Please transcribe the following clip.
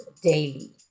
daily